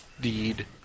deed